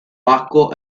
bacco